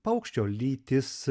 paukščio lytis